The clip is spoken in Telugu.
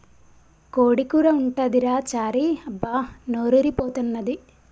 కోడి కూర ఉంటదిరా చారీ అబ్బా నోరూరి పోతన్నాది